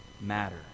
matter